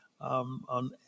on